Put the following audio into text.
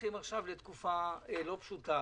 הולכים עכשיו לתקופה לא פשוטה,